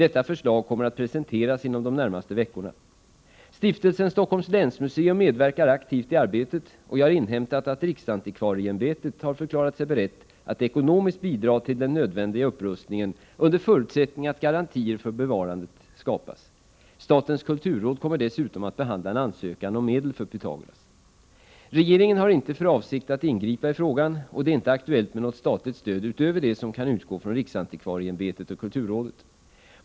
Detta förslag kommer att presenteras inom de närmaste veckorna. Stiftelsen Stockholms länsmuseum medverkar aktivt i arbetet och jag har inhämtat att riksantikvarieämbetet har förklarat sig berett att ekonomiskt bidra till den nödvändiga upprustningen under förutsättning att garantier för bevarandet skapas. Statens kulturråd kommer dessutom att behandla en ansökan om medel för Pythagoras. Regeringen har inte för avsikt att ingripa i frågan och det är inte aktuellt med något statligt stöd utöver det som kan utgå från riksantikvarieämbetet och kulturrådet.